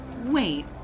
Wait